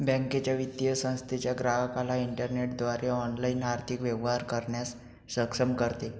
बँकेच्या, वित्तीय संस्थेच्या ग्राहकाला इंटरनेटद्वारे ऑनलाइन आर्थिक व्यवहार करण्यास सक्षम करते